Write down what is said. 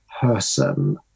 person